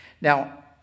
Now